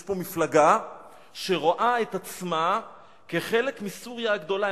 יש פה מפלגה שרואה את עצמה כחלק מסוריה הגדולה.